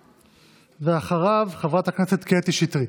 בבקשה, ואחריו, חברת הכנסת קטי שטרית.